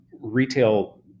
retail